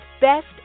Best